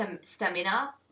stamina